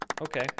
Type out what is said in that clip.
Okay